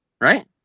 right